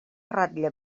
ratlla